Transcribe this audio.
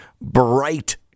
bright